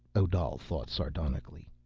odal thought, sardonically.